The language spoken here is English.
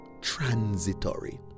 transitory